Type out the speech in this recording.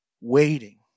waiting